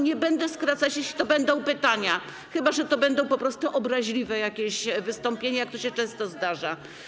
Nie będę skracać, jeśli to będą pytania, chyba że to będą po prostu obraźliwe jakieś wystąpienia, jak to się często zdarza.